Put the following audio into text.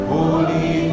Holy